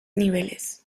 niveles